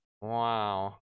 wow